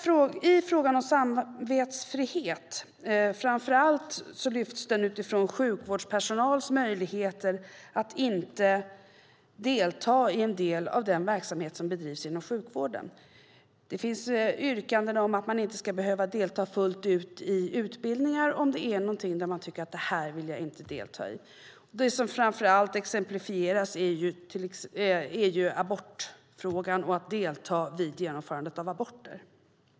Frågan om samvetsfrihet lyfts framför allt fram utifrån sjukvårdspersonals möjligheter att inte delta i en viss del av den verksamhet som bedrivs inom sjukvården. Det finns yrkanden om att man inte ska behöva delta fullt ut i utbildningar om det handlar om något som man inte tycker att man vill delta i. Det som framför allt exemplifieras är abortfrågan och att delta i genomförandet av aborter.